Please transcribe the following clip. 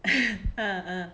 ah ah